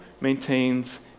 maintains